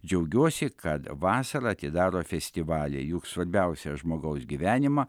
džiaugiuosi kad vasarą atidaro festivaliai juk svarbiausia žmogaus gyvenimą